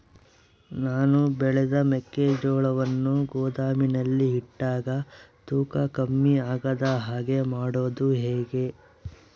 ನಾನು ಬೆಳೆದ ಮೆಕ್ಕಿಜೋಳವನ್ನು ಗೋದಾಮಿನಲ್ಲಿ ಇಟ್ಟಾಗ ತೂಕ ಕಮ್ಮಿ ಆಗದ ಹಾಗೆ ಮಾಡೋದು ಹೇಗೆ?